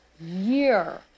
year